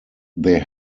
there